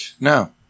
No